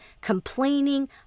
complaining